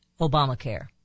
Obamacare